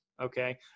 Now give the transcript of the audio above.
Okay